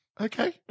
okay